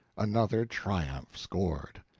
another triumph scored.